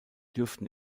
dürften